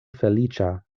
feliĉa